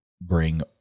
bring